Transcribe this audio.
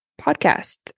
podcast